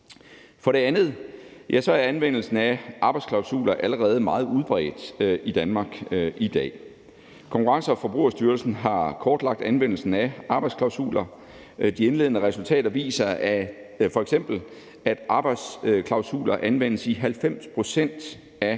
For det andet er anvendelsen af arbejdsklausuler allerede meget udbredt i Danmark i dag. Konkurrence- og Forbrugerstyrelsen har kortlagt anvendelsen af arbejdsklausuler. De indledende resultater viser f.eks., at arbejdsklausuler anvendes i 90